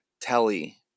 telly